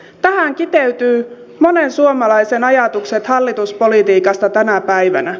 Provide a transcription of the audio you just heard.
tähän kiteytyvät monen suomalaisen ajatukset hallituspolitiikasta tänä päivänä